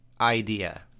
idea